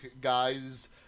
guy's